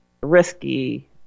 risky